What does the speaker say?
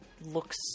looks